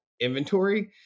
inventory